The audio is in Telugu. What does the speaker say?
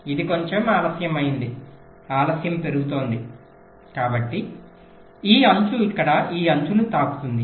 ఇది కొంచెం ఆలస్యం అయింది ఆలస్యం పెరుగుతోంది కాబట్టి ఈ అంచు ఇక్కడ ఈ అంచుని తాకుతుంది